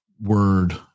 word